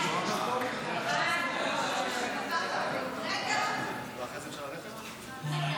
ההצעה להעביר את הצעת ביטוח בריאות ממלכתי (תיקון,